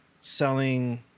selling –